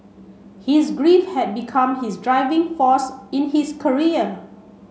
his grief had become his driving force in his career